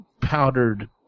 powdered